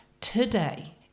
today